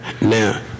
Now